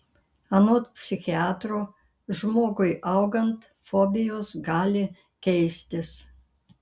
anot psichiatro žmogui augant fobijos gali keistis